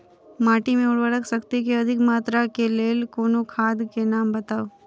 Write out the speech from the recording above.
माटि मे उर्वरक शक्ति केँ अधिक मात्रा केँ लेल कोनो खाद केँ नाम बताऊ?